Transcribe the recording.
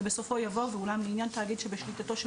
ובסופו יבוא "ואולם לעניין תאגיד שבשליטתו של